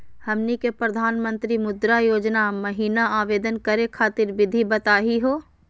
हमनी के प्रधानमंत्री मुद्रा योजना महिना आवेदन करे खातीर विधि बताही हो?